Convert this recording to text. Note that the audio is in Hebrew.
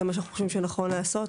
זהו מה שאנחנו חושבים שנכון לעשות.